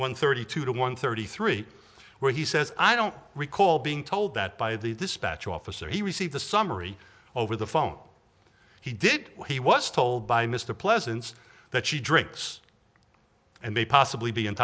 one thirty two to one thirty three where he says i don't recall being told that by the dispatch officer he received a summary over the phone he did when he was told by mr pleasants that she drinks and they possibly be